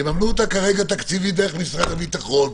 יממנו אותה כרגע תקציבית דרך משרד הביטחון,